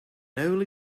only